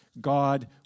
God